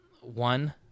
One